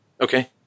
Okay